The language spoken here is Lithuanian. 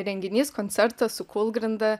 renginys koncertas su kūlgrinda